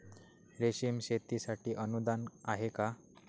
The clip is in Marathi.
रेशीम शेतीसाठी अनुदान आहे का?